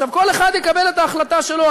עכשיו, כל אחד יקבל את ההחלטה שלו.